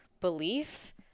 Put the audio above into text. belief